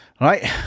Right